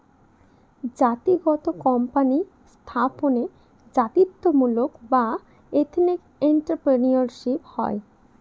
জাতিগত কোম্পানি স্থাপনে জাতিত্বমূলক বা এথেনিক এন্ট্রাপ্রেনিউরশিপ হয়